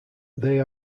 they